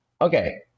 Okay